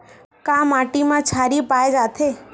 का माटी मा क्षारीय पाए जाथे?